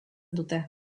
dute